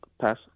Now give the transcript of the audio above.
Pass